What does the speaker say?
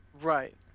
Right